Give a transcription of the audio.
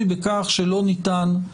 תכף נשמע את